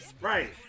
Right